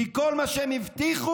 כי בכל מה שהן הבטיחו,